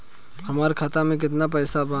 हमार खाता में केतना पैसा बा?